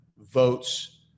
votes